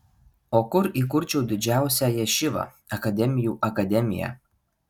o kur įkurčiau didžiausią ješivą akademijų akademiją